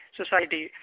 society